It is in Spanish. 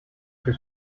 que